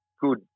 good